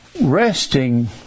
Resting